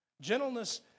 Gentleness